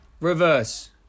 Reverse